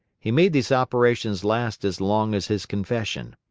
he made these operations last as long as his confession.